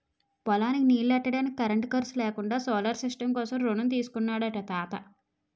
పొలానికి నీల్లెట్టడానికి కరెంటు ఖర్సు లేకుండా సోలార్ సిస్టం కోసం రుణం తీసుకున్నాడట తాత